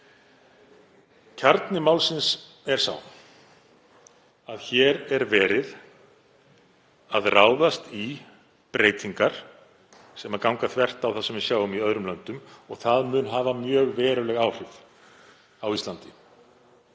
Kjarni málsins er sá að hér er verið að ráðast í breytingar sem ganga þvert á það sem við sjáum í öðrum löndum og það mun hafa mjög veruleg áhrif á Íslandi.